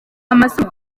amasomo